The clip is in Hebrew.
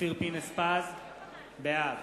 אופיר פינס-פז, בעד